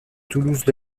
toulouse